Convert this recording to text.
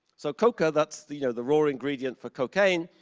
so coca, that's the you know the raw ingredient for cocaine.